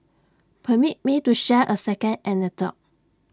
permit me to share A second anecdote